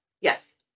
Yes